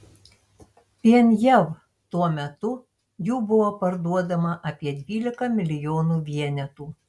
vien jav tuo metu jų buvo parduodama apie dvylika milijonų vienetų